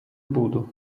буду